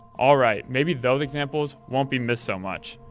all right, maybe those examples won't be missed so much,